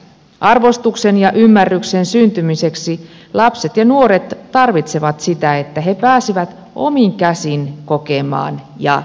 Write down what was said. arvostuksen ja ymmärryksen syntymiseksi lapset ja nuoret tarvitsevat sitä että he pääsevät omin käsin kokemaan ja tekemään